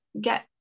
get